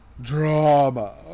drama